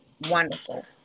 wonderful